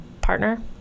partner